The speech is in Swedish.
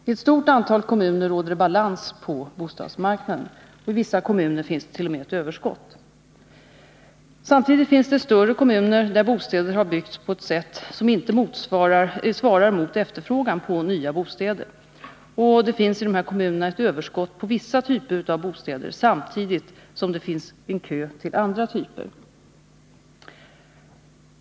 I ett stort antal kommuner råder det balans på bostadsmarknaden. I vissa kommuner finns det t.o.m. ett överskott. Samtidigt finns det större kommuner där bostäder har byggts på ett sätt som inte svarar mot efterfrågan på nya bostäder. Det finns i dessa kommuner ett överskott på vissa typer av bostäder samtidigt som det finns en kö till andra typer.